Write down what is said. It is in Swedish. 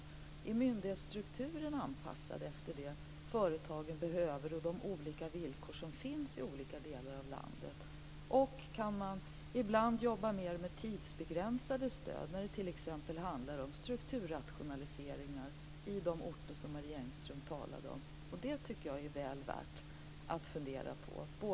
Är myndighetsstrukturen anpassad efter det företagen behöver och de olika villkor som finns i olika delar av landet? Kan man ibland jobba mer med tidsbegränsade stöd när det t.ex. handlar om strukturrationaliseringar i de orter som Marie Engström talade om? De delarna tycker jag är väl värda att fundera på.